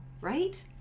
Right